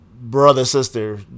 brother-sister